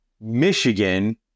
Michigan